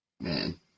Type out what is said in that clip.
man